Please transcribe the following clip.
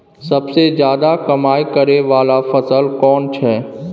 सबसे ज्यादा कमाई करै वाला फसल कोन छै?